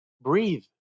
breathe